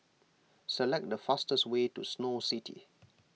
select the fastest way to Snow City